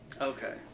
okay